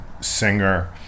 singer